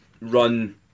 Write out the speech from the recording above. run